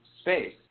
space